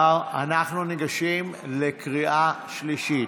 אנחנו ניגשים לקריאה שלישית.